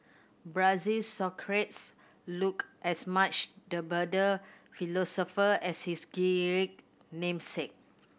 Brazil Socrates looked as much the bearded philosopher as his namesake